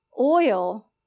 Oil